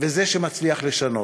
וזה שמצליח לשנות.